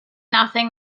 nothing